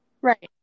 Right